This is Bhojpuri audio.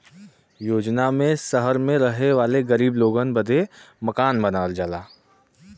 योजना ने सहर मे रहे वाले गरीब लोगन बदे मकान बनावल जाला